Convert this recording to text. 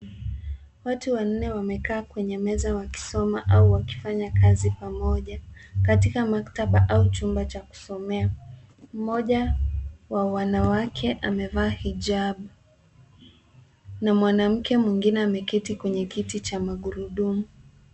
Watu wannne wamekaa kwenye meza wakisuburi kusoma au wakifanya kazi pamoja katika maktaba au chumba cha kusomea. Mmoja wa wanawake amevaa hijab na mwanamke mwingine ameketi kwenye kiti cha magurudumu.